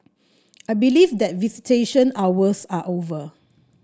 I believe that visitation hours are over